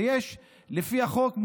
לפי החוק,